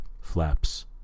Flaps